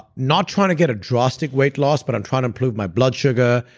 not trying to get a drastic weight loss but i'm trying to improve my blood sugar,